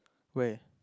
where